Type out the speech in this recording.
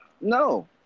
No